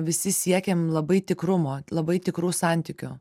visi siekėm labai tikrumo labai tikrų santykių